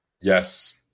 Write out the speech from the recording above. Yes